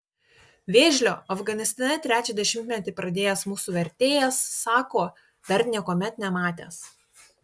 vėžlio afganistane trečią dešimtį pradėjęs mūsų vertėjas sako dar niekuomet nematęs